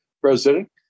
president